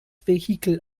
vehikel